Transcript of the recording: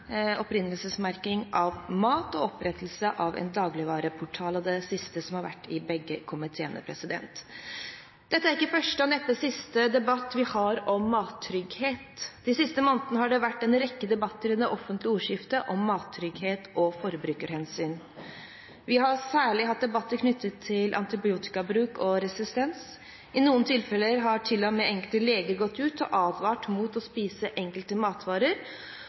opprinnelsesmerking av mat og opprettelse av en dagligvareportal. Det siste har vært til behandling i begge komiteene. Dette er ikke første, og neppe siste, debatt vi har om mattrygghet. De siste månedene har det vært en rekke debatter i det offentlige ordskiftet om mattrygghet og forbrukerhensyn. Vi har særlig hatt debatter knyttet til antibiotikabruk og -resistens. I noen tilfeller har til og med enkelte leger gått ut og advart mot å spise enkelte matvarer,